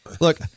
look